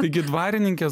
taigi dvarininkės